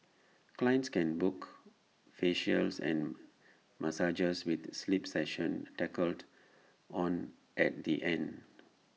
clients can book facials and massages with sleep sessions tacked on at the end